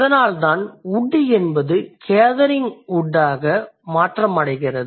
அதனால்தான் wood என்பதே gathering woodஆக மாறும்